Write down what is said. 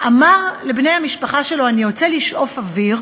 אמר לבני המשפחה שלו: אני יוצא לשאוף אוויר,